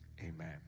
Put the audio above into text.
amen